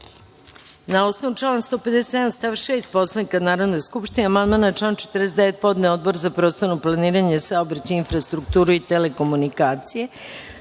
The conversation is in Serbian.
to. Na osnovu člana 157. stav 6. Poslovnika Narodne skupštine amandman na član 49. podneo je Odbor za prostorno planiranje, saobraćaj i infrastrukturu i telekomunikacije.